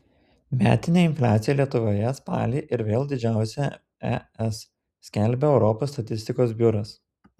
metinė infliacija lietuvoje spalį ir vėl didžiausia es skelbia europos statistikos biuras